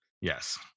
Yes